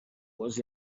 was